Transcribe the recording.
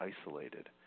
isolated